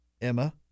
Emma